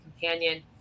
companion